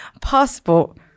Passport